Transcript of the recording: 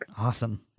Awesome